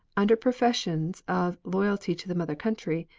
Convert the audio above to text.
under professions of loyalty to the mother country,